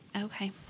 Okay